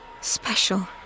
Special